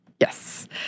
Yes